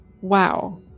wow